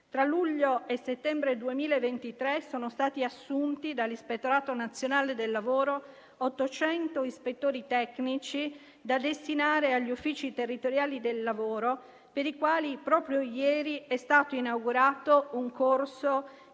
tra luglio e settembre 2023 sono stati assunti dall'Ispettorato nazionale del lavoro 800 ispettori tecnici da destinare agli uffici territoriali del lavoro, per i quali proprio ieri è stato inaugurato un corso